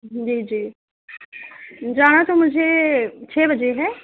جی جی جانا تو مجھے چھ بجے ہے